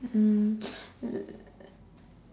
um l~